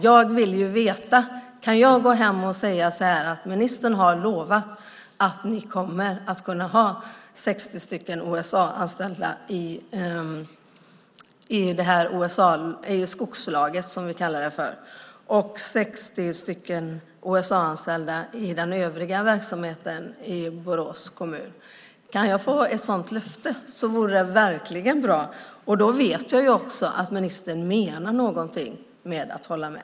Jag vill ju veta om jag kan gå hem och säga så här: Ministern har lovat att ni kommer att kunna ha 60 OSA-anställda i skogslaget och 60 OSA-anställda i den övriga verksamheten i Borås kommun. Kan jag få ett sådant löfte vore det verkligen bra, och då vet jag också att ministern menar någonting med att hålla med.